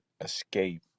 escape